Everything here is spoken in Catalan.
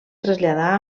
traslladà